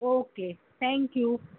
okay thank you